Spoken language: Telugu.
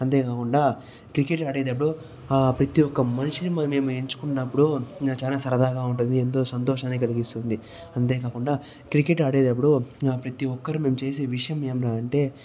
అంతేకాకుండా క్రికెట్ ఆడేటప్పుడు ప్రతి ఒక్క మనిషిని మే మేము ఎంచుకున్నప్పుడు చాలా సరదాగా ఉంటుంది ఎంతో సంతోషాన్ని కలిగిస్తుంది అంతేకాకుండా క్రికెట్ ఆడేటప్పుడు ప్రతి ఒక్కరు మేము చేసే విషయం ఏమిరా అంటే